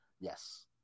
Yes